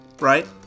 Right